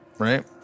Right